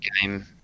game